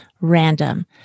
random